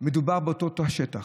מדובר באותו שטח,